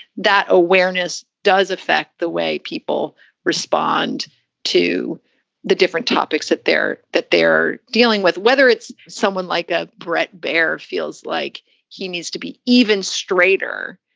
that awareness does affect the way people respond to the different topics that they're that they're dealing with, whether it's someone like a brett baer feels like he needs to be even straighter.